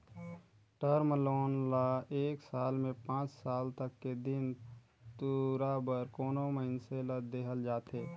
term loan ल एक साल ले पांच साल तक के दिन दुरा बर कोनो मइनसे ल देहल जाथे